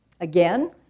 Again